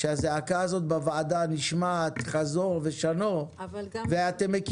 הרעיון הוא שאבי נאור, מינוי